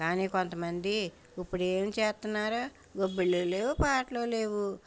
కానీ కొంతమందీ ఇప్పుడు ఏం చేస్తున్నారు గొబ్బిళ్ళు లేవు పాటలు లేవు